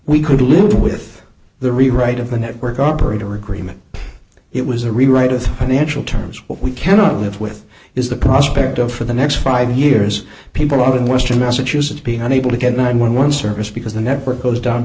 we could live with the rewrite of the network operator agreement it was a rewrite of one initial terms what we cannot live with is the prospect of for the next five years people out in western massachusetts being unable to get nine hundred and eleven service because the network goes down